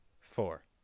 Four